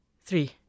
Three